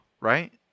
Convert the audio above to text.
Right